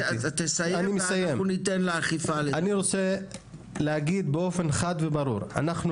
אני רוצה להגיד באופן חד וברור: אנחנו